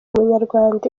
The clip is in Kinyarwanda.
umunyarwanda